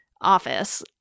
office